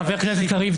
חבר כנסת קריב,